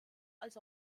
als